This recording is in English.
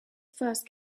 first